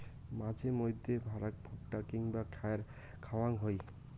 মাঝে মইধ্যে ভ্যাড়াক ভুট্টা কিংবা খ্যার খাওয়াং হই